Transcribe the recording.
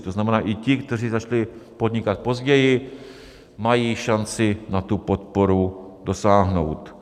To znamená i ti, kteří začali podnikat později, mají šanci na podporu dosáhnout.